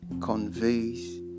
conveys